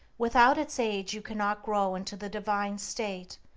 without its aid you cannot grow into the divine state,